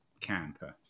Camper